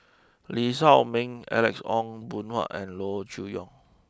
Lee Shao Meng Alex Ong Boon Hau and Loo Choon Yong